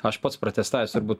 aš pats pratestavęs turbūt